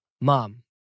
Mom